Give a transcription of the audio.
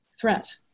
threat